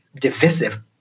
divisive